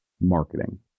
marketing